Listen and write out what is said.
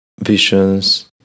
visions